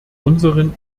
unseren